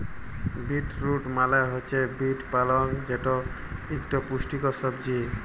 beet root মালে হছে beet পালং যেট ইকট পুষ্টিকর সবজি